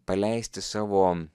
paleisti savo